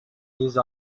these